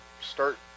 start